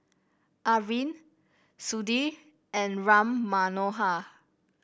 Arvind Sudhir and Ram Manohar